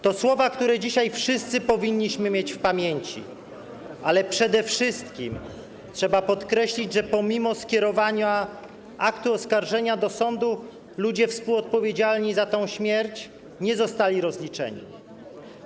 To słowa, które dzisiaj wszyscy powinniśmy mieć w pamięci, ale przede wszystkim trzeba podkreślić, że pomimo skierowania aktu oskarżenia do sądu ludzie współodpowiedzialni za tę śmierć nie zostali rozliczeni.